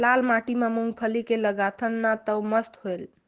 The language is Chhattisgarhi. लाल माटी म मुंगफली के लगाथन न तो मस्त होयल?